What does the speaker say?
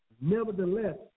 Nevertheless